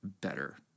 better